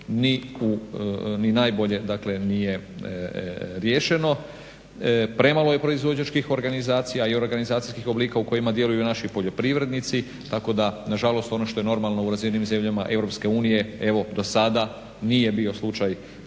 ni najbolje dakle nije riješeno. Premalo je proizvođačkih organizacija i organizacijskih oblika u kojima djeluju naši poljoprivrednici tako da nažalost ono što je normalno u razvijenim zemljama EU evo dosada nije bio slučaj